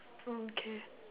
oh okay